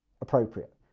appropriate